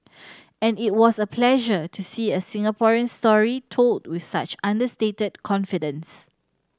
and it was a pleasure to see a Singaporean story told with such understated confidence